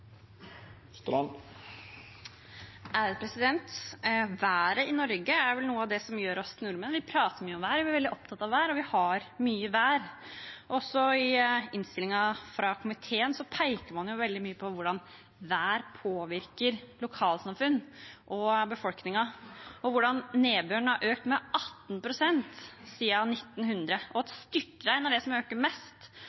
Været i Norge er vel noe av det som gjør oss til nordmenn. Vi prater mye om vær, vi er veldig opptatt av vær, og vi har mye vær. Også i innstillingen fra komiteen peker man veldig mye på hvordan vær påvirker lokalsamfunn og befolkningen, hvordan nedbøren har økt med 18 pst. siden 1900, og